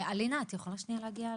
אלינה, את יכולה שנייה להגיע,